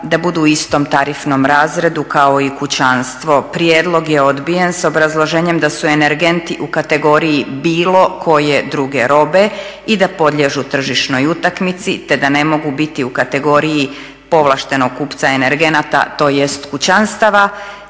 da budu u istom tarifnom razredu kao i kućanstvo. Prijedlog je odbijen s obrazloženjem da su energenti u kategoriji bilo koje druge robe i da podliježu tržišnoj utakmici te da ne mogu biti u kategoriji povlaštenog kupca energenata tj. kućanstava